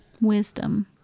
Wisdom